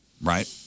Right